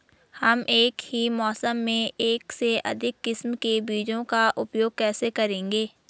हम एक ही मौसम में एक से अधिक किस्म के बीजों का उपयोग कैसे करेंगे?